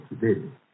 today